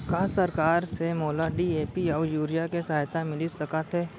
का सरकार से मोला डी.ए.पी अऊ यूरिया के सहायता मिलिस सकत हे?